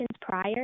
prior